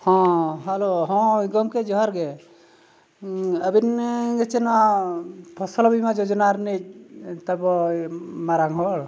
ᱦᱮᱸ ᱦᱮᱸ ᱜᱚᱢᱠᱮ ᱡᱚᱦᱟᱨ ᱜᱮ ᱟᱵᱤᱱ ᱜᱮ ᱪᱮᱫ ᱱᱚᱣᱟ ᱯᱷᱚᱥᱚᱞ ᱵᱤᱢᱟ ᱡᱳᱡᱚᱱᱟ ᱨᱤᱱᱤᱡ ᱛᱟᱵᱚ ᱢᱟᱨᱟᱝ ᱦᱚᱲ